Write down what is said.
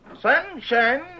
Sunshine